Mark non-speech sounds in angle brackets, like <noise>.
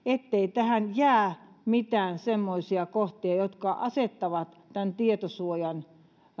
<unintelligible> ettei tähän jää mitään semmoisia kohtia jotka asettavat tämän tietosuojan